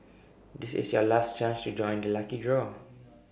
this is your last chance to join the lucky draw